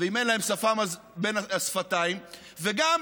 ואם אין להם שפם אז בין השפתיים, וגם